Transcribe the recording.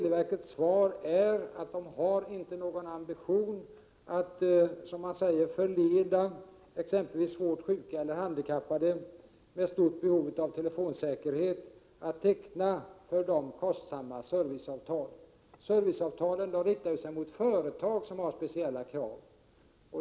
Televerkets svar är att dess ambition inte är att förleda exempelvis svårt sjuka eller handikappade med stort behov av telefonsäkerhet att teckna för dem kostsamma serviceavtal. Dessa avtal är riktade mot företag som har speciella krav.